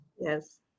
yes